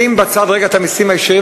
שים בצד רגע את המסים הישירים,